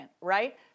right